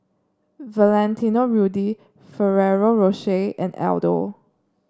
Valentino Rudy Ferrero Rocher and Aldo